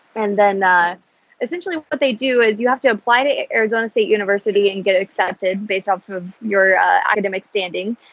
and then ah essentially, what they do is you have to apply to arizona state university and get accepted based off of your academic standing.